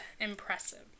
Impressive